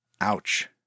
Ouch